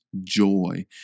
joy